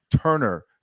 Turner